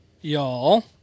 Y'all